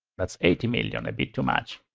that's eighty million, a bit too much.